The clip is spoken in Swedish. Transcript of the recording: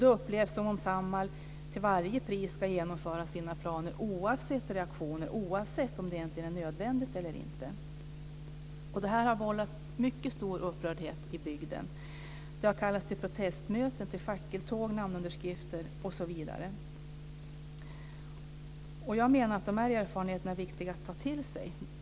Det upplevs som om Samhall till varje pris ska genomföra sina planer oavsett reaktioner och oavsett om det hela egentligen är nödvändigt eller inte. Detta har vållat mycket stor upprördhet i bygden. Det har kallats till protestmöte, fackeltåg, namnunderskrifter osv. Jag menar att dessa erfarenheter är viktiga att ta till sig.